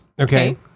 Okay